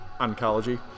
Oncology